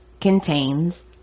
contains